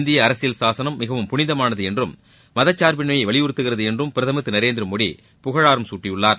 இந்திய அரசியல் சாசனம் மிகவும் புனிதமானது என்றும் மதச்சார்பின்மையை வலியுறுத்துகிறது என்றும் பிரதமர் திரு நரேந்திரமோடி புகழாரம் குட்டியுள்ளார்